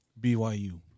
BYU